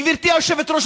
גברתי היושבת-ראש,